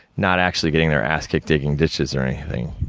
not actually getting their ass kicked digging ditches or anything.